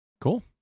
Cool